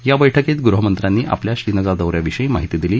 या बैठकीत गृहमंत्र्यांनी आपल्या श्रीनगर दौ याविषयी माहिती दिली